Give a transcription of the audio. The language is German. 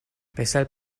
weshalb